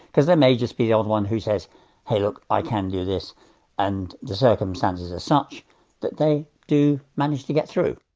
because there may just be the odd one who says hey look, i can do this and the circumstances are such that they do manage to get through.